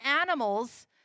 animals